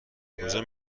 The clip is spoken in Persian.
کجا